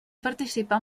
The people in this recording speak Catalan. participar